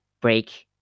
break